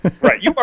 Right